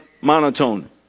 monotone